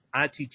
ITT